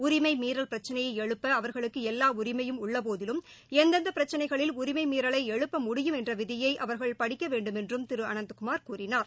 உரிமை மீறல் பிரச்சினையை எழுப்ப அவர்களுக்கு எல்வா உரிமையும் உள்ளபோதிலும் எந்தெந்த பிரச்சினைகளில் உரிமை மீறலை எழுப்ப முடியும் என்ற விதியை அவர்கள் படிக்க வேண்டுமென்றும் திரு அனந்த்குமார் கூறினார்